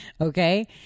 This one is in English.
Okay